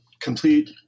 complete